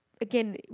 again